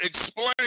explain